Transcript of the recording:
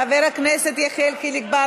חבר הכנסת יחיאל חיליק בר,